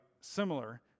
similar